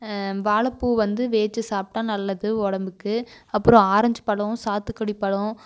வாழைப்பூ வந்து வேகவிச்சி சாப்பிட்டா நல்லது உடம்புக்கு அப்புறம் ஆரஞ்சு பழம் சாத்துக்குடி பழம்